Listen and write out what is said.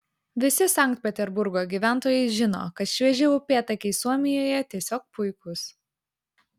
visi sankt peterburgo gyventojai žino kad švieži upėtakiai suomijoje tiesiog puikūs